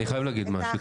אני חייב להגיד משהו.